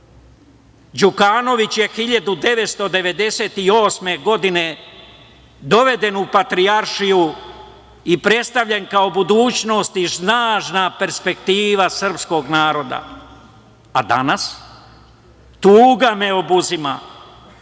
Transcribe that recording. "Đukanović je 1998. godine doveden u Patrijaršiju i predstavljen kao budućnost i snažna perspektiva srpskog naroda, a danas, tuga me obuzima